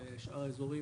בשאר האזורים